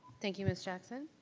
thank you, ms. jackson,